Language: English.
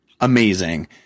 amazing